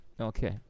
okay